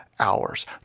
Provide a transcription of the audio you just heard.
hours